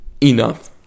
enough